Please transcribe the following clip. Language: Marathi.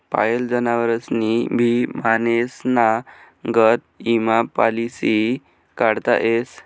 पायेल जनावरेस्नी भी माणसेस्ना गत ईमा पालिसी काढता येस